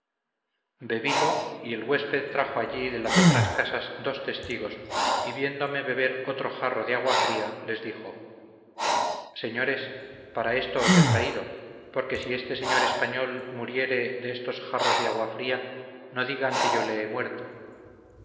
bebilo y el huésped trajo allí de las otras casas dos testigos y viéndome beber otro jarro de agua fría les dijo señores para esto os he traído porque si este señor español muriere de estos jarros de agua fría no digan que yo le he muerto